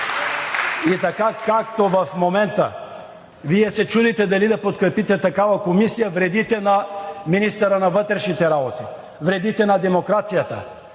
И така, както в момента Вие се чудите дали да подкрепите такава комисия, вредите на министъра на вътрешните работи, вредите на демокрацията